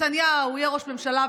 נתניהו יהיה ראש ממשלה,